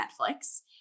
Netflix